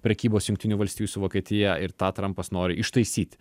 prekybos jungtinių valstijų su vokietija ir tą trampas nori ištaisyti